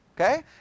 Okay